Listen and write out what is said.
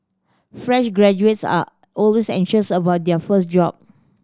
fresh graduates are always anxious about their first job